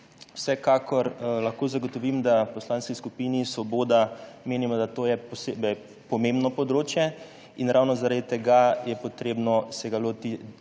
Vsekakor lahko zagotovim, da v Poslanski skupini Svoboda menimo, da je to posebej pomembno področje. In ravno zaradi tega se ga je potrebno lotiti